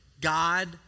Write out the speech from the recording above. God